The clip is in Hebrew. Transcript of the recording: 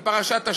ופרשת השבוע,